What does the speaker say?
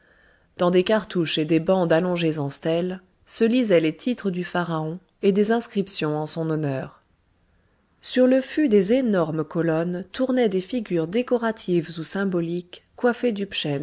dans des cartouches et des bandes allongées en stèles se lisaient les titres du pharaon et des inscriptions en son honneur sur le fût des énormes colonnes tournaient des figures décoratives ou symboliques coiffées du